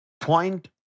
point